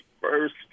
first